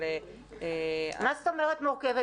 אבל --- מה זאת אומרת מורכבת?